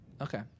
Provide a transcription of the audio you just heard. okay